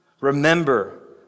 remember